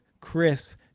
Chris